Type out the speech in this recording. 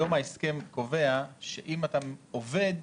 היום ההסכם קובע שאם אתה עובד,